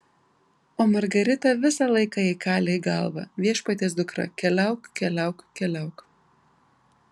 o margarita visą laiką jai kalė į galvą viešpaties dukra keliauk keliauk keliauk